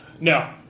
No